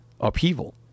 upheaval